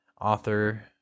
author